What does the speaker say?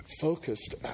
focused